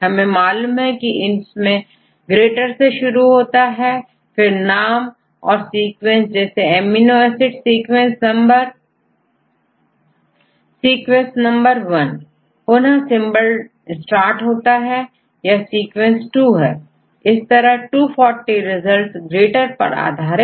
हमें मालूम है कि इसमें ग्रेटर से शुरू होता है फिर नाम और सीक्वेंस जैसे amino acid sequence sequence number one